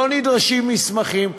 לא נדרשים מסמכים,